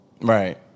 Right